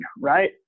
right